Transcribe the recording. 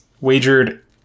wagered